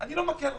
אני לא מקל ראש.